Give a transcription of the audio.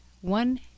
One